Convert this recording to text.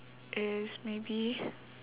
is maybe